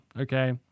okay